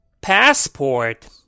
Passport